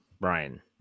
Brian